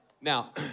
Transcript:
now